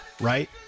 right